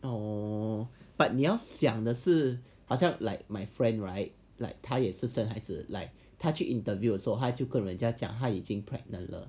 oh but 你要想的是好像 like my friend right like 他也是去生孩子 like 他去 interview 的时候他去跟人家讲他已经是 pregnant 了